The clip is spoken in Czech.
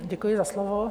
Děkuji za slovo.